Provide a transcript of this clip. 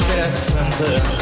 Center